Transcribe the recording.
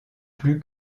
plus